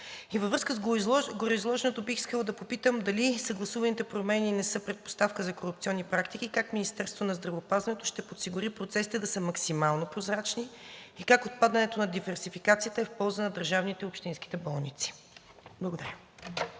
Във връзка с гореизложеното бих искала да попитам дали съгласуваните промени не са предпоставка за корупционни практики и как Министерството на здравеопазването ще подсигури процесите да са максимално прозрачни и как отпадането на диверсификацията е в полза на държавните и общинските болници? Благодаря.